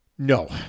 No